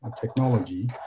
technology